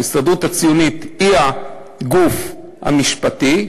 ההסתדרות הציונית היא הגוף המשפטי.